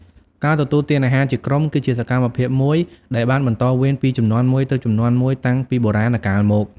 ការទទួលទានអាហារជាក្រុមគឺជាសកម្មភាពមួយដែលបានបន្តវេនពីជំនាន់មួយទៅជំនាន់មួយតាំងពីបុរាណកាលមក។